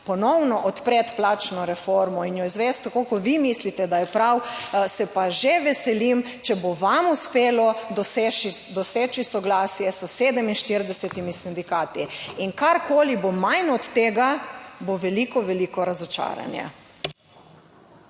ponovno odpreti plačno reformo in jo izvesti tako kot vi mislite, da je prav, se pa že veselim, če bo vam uspelo doseči, doseči soglasje s 47 sindikat, in karkoli bo manj od tega, bo veliko, veliko razočaranje.